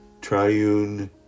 triune